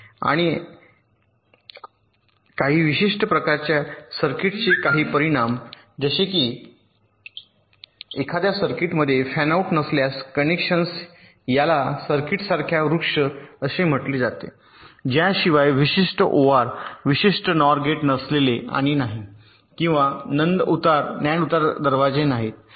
आणि आहेत काही विशिष्ट प्रकारच्या सर्किटचे काही परिणाम जसे की एखाद्या सर्किटमध्ये फॅनआउट नसल्यास कनेक्शनस याला सर्किट सारख्या वृक्ष असे म्हटले जाते ज्याशिवाय विशिष्ट ओआर विशेष नॉर गेट नसलेले आणि नाही आणि किंवा नंद उत्तर दरवाजे नाहीत